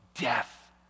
death